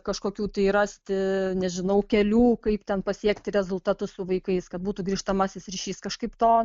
kažkokių tai rasti nežinau kelių kaip ten pasiekti rezultatus su vaikais kad būtų grįžtamasis ryšys kažkaip to